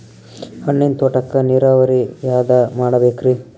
ಹಣ್ಣಿನ್ ತೋಟಕ್ಕ ನೀರಾವರಿ ಯಾದ ಮಾಡಬೇಕ್ರಿ?